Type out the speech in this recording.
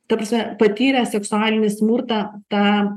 ta prasme patyrę seksualinį smurtątą